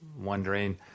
wondering